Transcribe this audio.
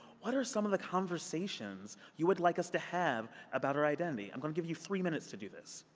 what are some of the conversations you would like us to have about our identity? i'm going to give you three minutes to do this.